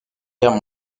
guerre